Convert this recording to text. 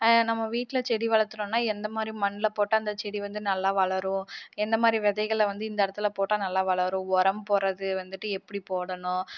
நம்ம வீட்டில செடி வளர்க்குறோம்னால் எந்த மாதிரி மண்ணில் போட்டால் அந்த செடிவந்து நல்லா வளரும் எந்த மாதிரி விதைகளை வந்து இந்த இடத்துல போட்டால் நல்லா வளரும் உரம் போடுறது வந்துட்டு எப்படி போடணும்